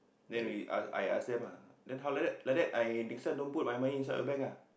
then we ask I ask them ah then how like that like that I next time don't put my money inside your bank ah